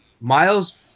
Miles